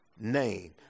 name